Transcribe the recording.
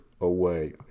away